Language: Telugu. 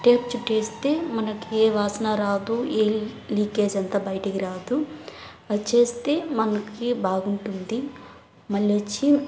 టేప్ చుట్టేస్తే మనకి ఏ వాసన రాదు ఏ లీకేజ్ అంతా బయటికి రాదు అది చేస్తే మనకీ బాగుంటుంది మళ్ళొచ్చి